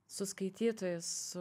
su skaitytojais su